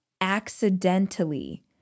accidentally